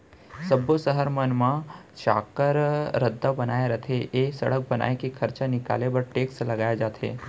सब्बो सहर मन म चाक्कर रद्दा बने रथे ए सड़क बनाए के खरचा निकाले बर टेक्स लगाए जाथे